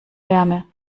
wärme